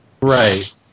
Right